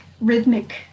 rhythmic